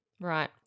Right